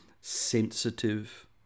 sensitive